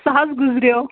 سُہ حظ گُزریو